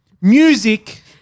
music